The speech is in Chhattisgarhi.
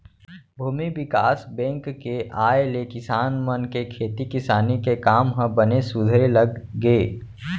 भूमि बिकास बेंक के आय ले किसान मन के खेती किसानी के काम ह बने सुधरे लग गे